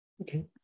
Okay